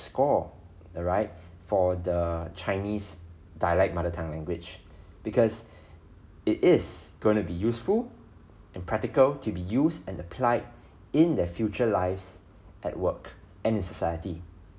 score alright for the chinese dialect mother tongue language because it is gonna be useful and practical to be used and applied in their future lives at work and in society